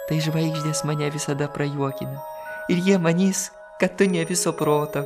tai žvaigždės mane visada prajuokina ir jie manys kad tu ne viso proto